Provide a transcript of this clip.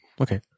okay